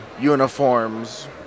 uniforms